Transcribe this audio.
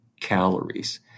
calories